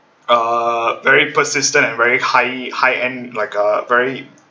uh very persistent and very high high end like a very